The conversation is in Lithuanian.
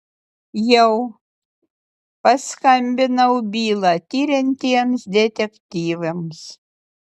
jau paskambinau bylą tiriantiems detektyvams